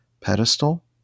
pedestal